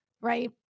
right